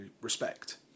respect